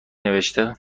نوشته